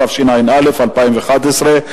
התשע"א 2011,